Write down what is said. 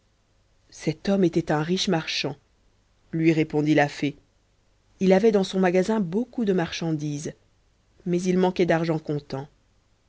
cet homme était un riche marchand lui répondit la fée il avait dans son magasin beaucoup de marchandises mais il manquait d'argent comptant